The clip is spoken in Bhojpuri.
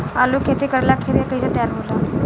आलू के खेती करेला खेत के कैसे तैयारी होला?